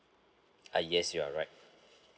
uh yes you're right